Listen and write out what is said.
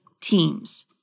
teams